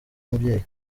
umubyeyi